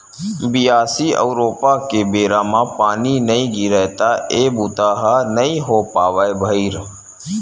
बियासी अउ रोपा के बेरा म पानी नइ गिरय त ए बूता ह नइ हो पावय भइर